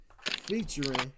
Featuring